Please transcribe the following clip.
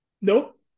Nope